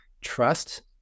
trust